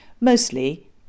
mostly